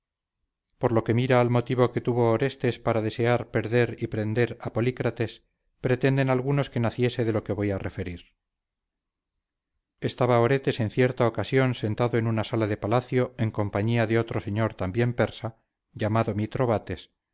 por la que mira al motivo que tuvo oretes para desear prender y perder a polícrates pretenden algunos que naciese de lo que voy a referir estaba oretes en cierta ocasión sentado en una sala de palacio en compañía de otro señor también persa llamado